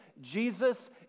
Jesus